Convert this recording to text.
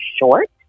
short